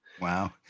Wow